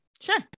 Sure